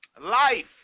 life